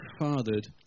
fathered